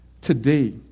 Today